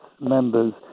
members